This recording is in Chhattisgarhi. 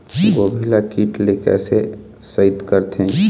गोभी ल कीट ले कैसे सइत करथे?